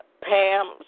Pam